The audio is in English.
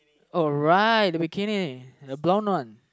alright the bikinI the brown one